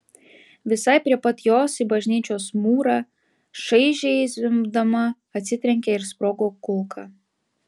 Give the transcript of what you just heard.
visai prie pat jos į bažnyčios mūrą šaižiai zvimbdama atsitrenkė ir sprogo kulka